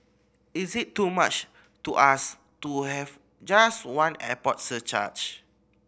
is it too much to ask to have just one airport surcharge